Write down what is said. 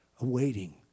awaiting